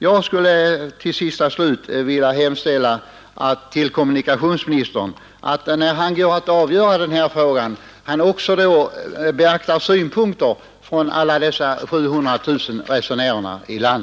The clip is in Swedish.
Jag vill till slut hemställa till kommunikationsministern att han när han går att avgöra denna fråga också skall beakta synpunkter från alla dessa 700 000 resenärer i vårt land.